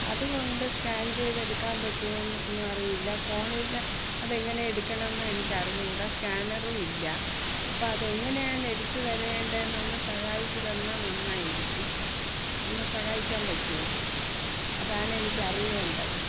അതുകൊണ്ട് സ്കാൻ ചെയ്തെടുക്കാന് പറ്റുമോ എന്നൊന്നും അറിയില്ല ഫോണില് അതെങ്ങനെ എടുക്കണമെന്ന് എനിക്കറിഞ്ഞുകൂടാ സ്കാനറും ഇല്ല അപ്പോള് അതെങ്ങനെയാണ് എടുത്തുതരേണ്ടേന്നൊന്ന് സഹായിച്ചുതന്നാൽ നന്നായിരിക്കും ഒന്ന് സഹായിക്കാൻ പറ്റുമോ അതാണ് എനിക്കറിയേണ്ടത്